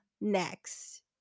next